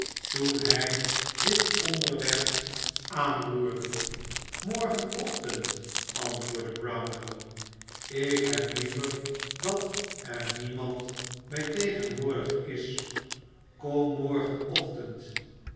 toen hij dit onderwerp aanroerde morgenochtend antwoordde brownlow ik heb liever dat er niemand bij tegenwoordig is kom morgenochtend